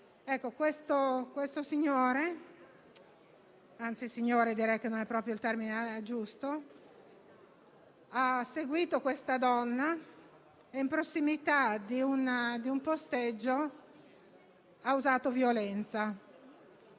giusto) ha seguito questa donna e, in prossimità di un posteggio, le ha usato violenza.